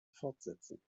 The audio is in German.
fortsetzen